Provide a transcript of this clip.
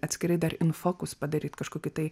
atskirai dar in fokus padaryt kažkokį tai